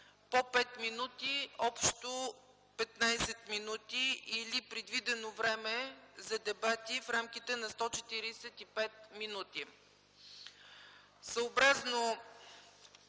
по 5 минути, общо 15 минути, или предвидено време за дебати в рамките на 145 минути.